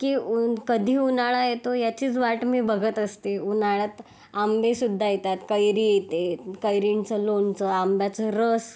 की ऊन कधी उन्हाळा येतो याचीच वाट मी बघत असते उन्हाळ्यात आंबेसुद्धा येतात कैरी येते कैरींचं लोणचं आंब्याचा रस